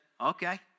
okay